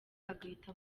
agahita